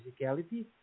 physicality